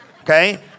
Okay